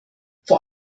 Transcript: vor